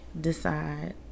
decide